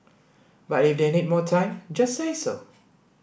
but if they need more time just say so